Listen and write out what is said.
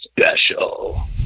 special